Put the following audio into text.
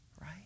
Right